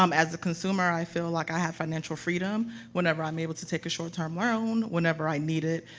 um as a consumer, i feel like i have financial freedom whenever i'm able to take a short-term loan, whenever i need it,